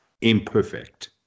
imperfect